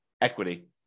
equity